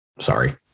Sorry